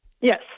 Yes